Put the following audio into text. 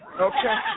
Okay